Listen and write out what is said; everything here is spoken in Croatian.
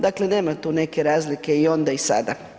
Dakle nema tu neke razlike i onda i sada.